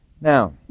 Now